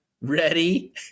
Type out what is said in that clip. ready